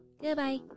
Goodbye